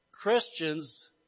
Christians